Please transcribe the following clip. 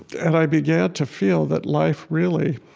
and i began to feel that life really,